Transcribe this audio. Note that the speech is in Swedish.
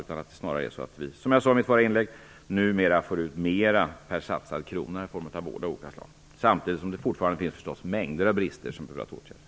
Snarare är det så att vi, som jag sade i mitt förra inlägg, numera får ut mera per satsad krona i form av vård av olika slag. Men samtidigt finns det förstås fortfarande en mängd brister som behöver åtgärdas.